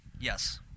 Yes